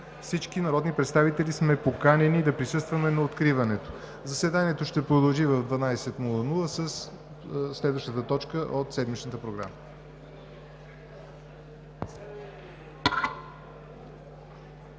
Всички народни представители сме поканени да присъстваме на откриването. Заседанието ще продължи в 12,00 ч. със следващата точка от седмичната програма.